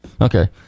Okay